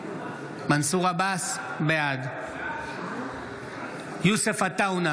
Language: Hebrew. מנסור עבאס, בעד יוסף עטאונה,